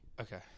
Okay